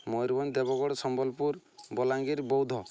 Mayurbhanj Deogarh Sambalpur Bolangir Boudh